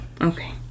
okay